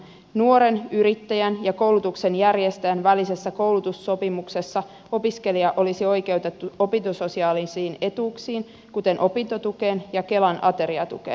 nuoren yrittäjän ja koulutuksenjärjestäjän välisessä koulutussopimuksessa opiskelija olisi oikeutettu opintososiaalisiin etuuksiin kuten opintotukeen ja kelan ateriatukeen